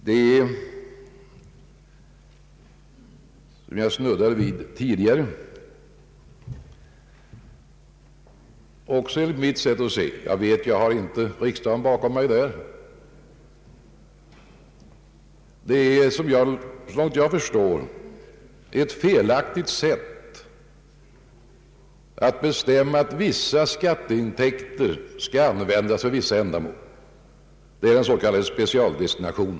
Det är enligt mitt sätt att se — jag snuddade vid det tidigare; jag vet att jag inte har riksdagen bakom mig i detta avseende — felaktigt att bestämma att vissa skatteintäkter skall användas för vissa ändamål, s.k. specialdestination.